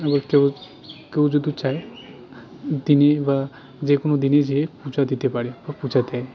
আবার কেউ কেউ যদি চায় দিনে বা যে কোনো দিনে যেয়ে পূজা দিতে পারে ও পূজা দেয়